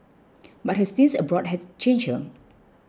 but her stints abroad had changed her